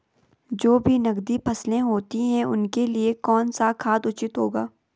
जो भी नकदी फसलें होती हैं उनके लिए कौन सा खाद उचित होगा?